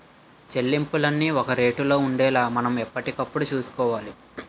చెల్లింపులన్నీ ఒక రేటులో ఉండేలా మనం ఎప్పటికప్పుడు చూసుకోవాలి